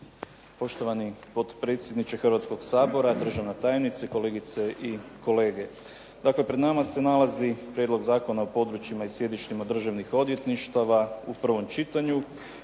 Poštovani potpredsjedniče Hrvatskog sabora, državna tajnice, kolegice i kolege. Dakle pred nama se nalazi Prijedlog zakona o područjima i sjedištima državnih odvjetništava u prvom čitanju